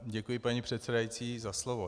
Děkuji, paní předsedající, za slovo.